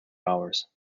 hours